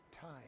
time